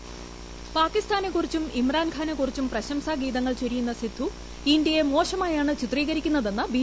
voice പാകിസ്ഥാനെ കുറിച്ചും ഇമ്രാൻഖാനെ കുറിച്ചും പ്രശംസാ ഗീതങ്ങൾ ചൊരിയുന്ന സിദ്ദു ഇന്ത്യയെ മോശമായാണ് ചിത്രീകരിക്കുന്നതെന്ന് ബി